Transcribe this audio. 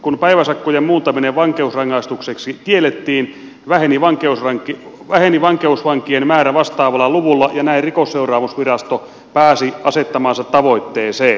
kun päiväsakkojen muuntaminen vankeusrangaistukseksi kiellettiin väheni vankeusvankien määrä vastaavalla luvulla ja näin rikosseuraamusvirasto pääsi asettamaansa tavoitteeseen